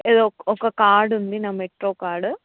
ఏదో ఒక ఒక కార్డ్ ఉంది నా మెట్రో కార్డు